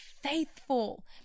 faithful